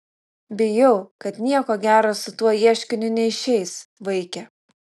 bijau kad nieko gero su tuo ieškiniu neišeis vaike